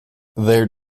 their